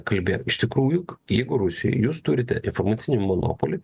kalbėjo iš tikrųjų jeigu rusijoj jūs turite informacinį monopolį